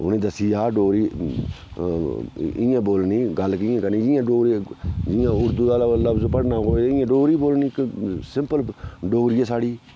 उ'नें दस्सी जा डोगरी इयां बोलनी गल्ल कियां करनी जियां डोगरी जियां उर्दू दा लफज पढ़ना कोई इयां डोगरी बोलनी इक सिंपल डोगरी ऐ साढ़ी